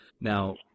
Now